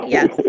Yes